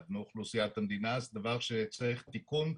מאוכלוסיית המדינה וזה דבר שצריך תיקון.